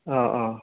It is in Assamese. অঁ অঁ